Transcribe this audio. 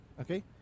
Okay